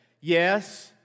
yes